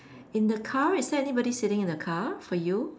in the car is there anybody sitting in the car for you